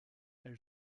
elle